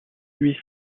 huit